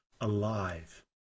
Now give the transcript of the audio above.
alive